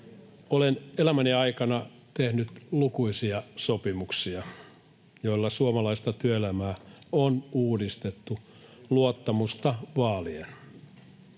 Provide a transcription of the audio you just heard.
Olen elämäni aikana tehnyt lukuisia sopimuksia, joilla suomalaista työelämää on uudistettu luottamusta vaalien.